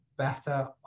better